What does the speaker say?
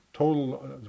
Total